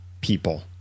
people